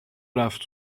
رفت